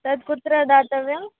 तत् कुत्र दातव्यं